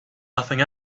nothing